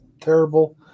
terrible